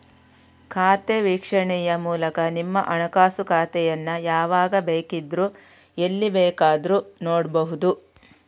ಖಾತೆ ವೀಕ್ಷಣೆಯ ಮೂಲಕ ನಿಮ್ಮ ಹಣಕಾಸು ಖಾತೆಯನ್ನ ಯಾವಾಗ ಬೇಕಿದ್ರೂ ಎಲ್ಲಿ ಬೇಕಾದ್ರೂ ನೋಡ್ಬಹುದು